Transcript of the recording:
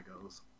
goes